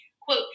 quote